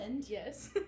yes